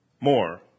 more